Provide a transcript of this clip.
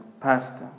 pastor